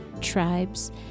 Tribes